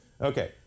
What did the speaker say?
Okay